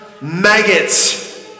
Maggots